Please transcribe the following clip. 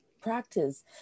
practice